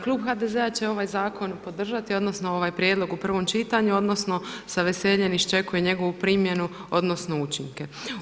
Klub HDZ-a će ovaj zakon podržati odnosno ovaj prijedlog u prvom čitanju odnosno sa veseljem iščekujem njegovu primjenu odnosno učinke.